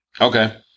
Okay